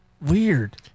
weird